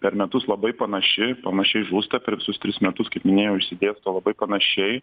per metus labai panaši panašiai žūsta per visus tris metus kaip minėjau išsidėsto labai panašiai